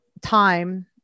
time